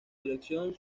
dirección